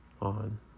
on